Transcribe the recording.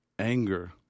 Anger